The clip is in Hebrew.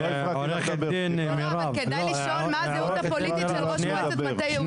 אבל אולי כדאי לשאול מה הדעות הפוליטית של ראש מועצת מטה יהודה.